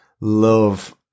love